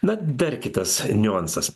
na dar kitas niuansas